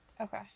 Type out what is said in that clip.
Okay